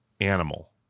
animal